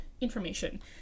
information